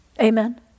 Amen